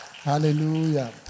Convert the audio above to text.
Hallelujah